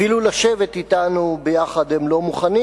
אפילו לשבת אתנו ביחד הם לא מוכנים.